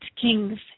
kings